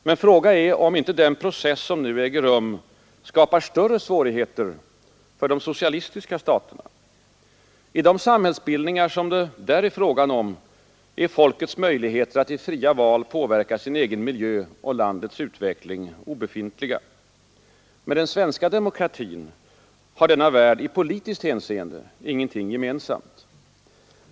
Men fråga är om inte den process som nu äger rum skapar större svårigheter för de socialistiska staterna. I de samhällsbildningar som det där är fråga om är folkets möjligheter att i fria val påverka sin egen miljö och landets utveckling obefintliga. Med den svenska demokratin har denna värld i politiskt hänseende ingenting gemensamt.